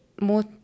more